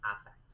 affect